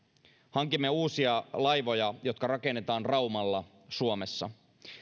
hankimme uusia laivoja jotka rakennetaan raumalla suomessa